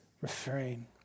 refrain